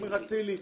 עומר אצילי,